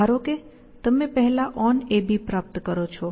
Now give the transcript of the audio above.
ધારો કે તમે પહેલા onAB પ્રાપ્ત કરો છો